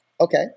Okay